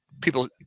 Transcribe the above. people –